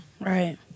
right